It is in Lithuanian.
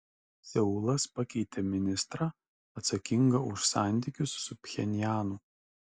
seulas pakeitė ministrą atsakingą už santykius su pchenjanu